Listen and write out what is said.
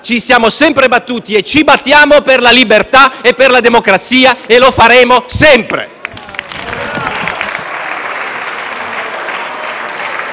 ci siamo sempre battuti e ci battiamo per la libertà e per la democrazia e lo faremo sempre.